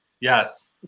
Yes